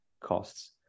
costs